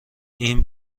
این